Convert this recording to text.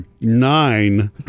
nine